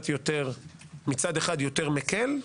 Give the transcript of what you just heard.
מצד אחד יותר מקל,